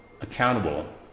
accountable